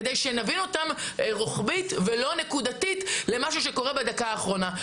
כדי שנבין אותן רוחבית ולא נקודתית למשהו שקורה בדקה האחרונה,